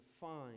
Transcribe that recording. find